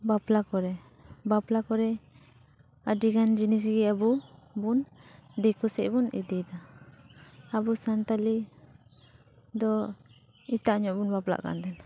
ᱵᱟᱯᱞᱟ ᱠᱚᱨᱮ ᱵᱟᱯᱞᱟ ᱠᱚᱨᱮ ᱟᱹᱰᱤ ᱜᱟᱱ ᱡᱤᱱᱤᱥ ᱜᱮ ᱟᱵᱚ ᱵᱚᱱ ᱫᱤᱠᱩ ᱥᱮᱫ ᱵᱚᱱ ᱤᱫᱤᱭᱮᱫᱟ ᱟᱵᱚ ᱥᱟᱱᱛᱟᱞᱤ ᱫᱚ ᱮᱴᱟᱜ ᱧᱚᱜ ᱵᱚᱱ ᱵᱟᱯᱞᱟᱜ ᱠᱟᱱ ᱛᱟᱦᱮᱱᱟ